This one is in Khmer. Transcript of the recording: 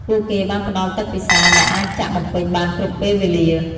ពួកគេបានផ្តល់ទឹកពិសាដែលអាចចាក់បំពេញបានគ្រប់ពេលវេលា។